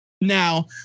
Now